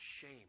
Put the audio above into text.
shame